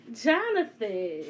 Jonathan